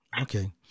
Okay